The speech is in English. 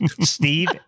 steve